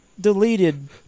deleted